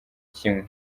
kimwe